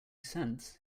cents